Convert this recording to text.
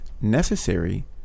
necessary